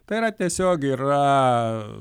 tai yra tiesiog yra